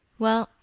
well,